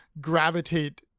gravitate